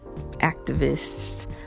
activists